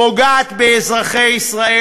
פוגעת באזרחי ישראל,